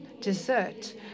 dessert